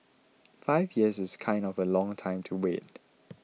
five years is kind of a long time to wait